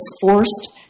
forced